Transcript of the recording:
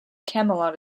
camelot